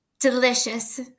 Delicious